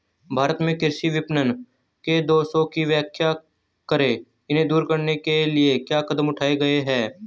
भारत में कृषि विपणन के दोषों की व्याख्या करें इन्हें दूर करने के लिए क्या कदम उठाए गए हैं?